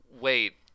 Wait